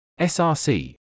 src